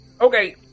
Okay